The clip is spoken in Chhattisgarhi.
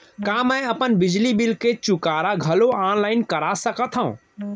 का मैं अपन बिजली बिल के चुकारा घलो ऑनलाइन करा सकथव?